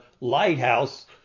lighthouse